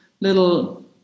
little